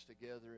together